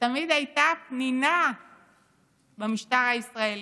שתמיד הייתה פנינה במשטר הישראלי?